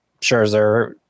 Scherzer